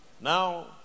Now